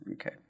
Okay